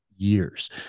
years